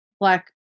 black